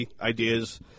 ideas